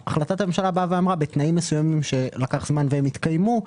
החלטת הממשלה אמרה שבתנאים מסוימים שלקח זמן והם התקיימו,